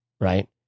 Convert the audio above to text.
right